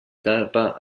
tapa